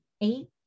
eight